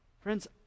Friends